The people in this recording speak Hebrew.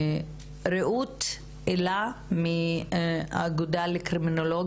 אני רוצה לתת את זכות הדיבור לרעות אלה מהאגודה לקרימינולוגים.